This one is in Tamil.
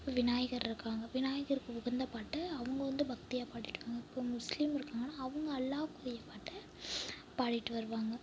விநாயகர் இருக்காங்க விநாயகருக்கு உகந்த பாட்டை அவங்க வந்து பக்தியாக பாடியிருக்காங்க இப்போ முஸ்லிம் இருக்காங்கனா அவங்க அல்லாவுக்குரிய பாட்டை பாடிகிட்டு வருவாங்க